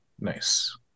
Nice